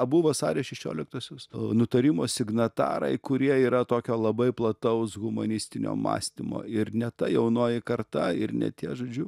abu vasario šešioliktosios nutarimo signatarai kurie yra tokio labai plataus humanistinio mąstymo ir ne ta jaunoji karta ir ne tie žodžiu